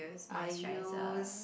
I use